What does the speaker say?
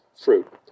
fruit